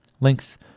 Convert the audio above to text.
links